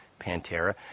Pantera